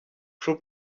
true